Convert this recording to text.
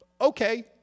Okay